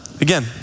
Again